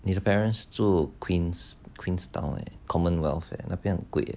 your parents 住 queens queenstown and commonwealth eh 那边很贵